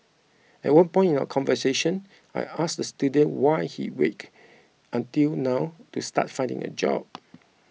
at one point in our conversation I asked the student why he waited until now to start finding a job